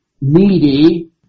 needy